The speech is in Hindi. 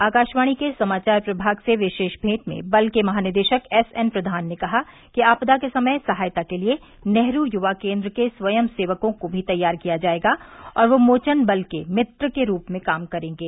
आकाशवाणी के समाचार प्रभाग से विशेष भेंट में बल के महानिदेशक एस एन प्रधान ने कहा कि आपदा के समय सहायता के लिए नेहरू युवा केन्द्र के स्वयंसेवकों को भी तैयार किया जाएगा और वे मोचन बल के मित्र के रूप में काम करेंगे